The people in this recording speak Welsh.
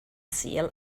sul